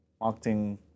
marketing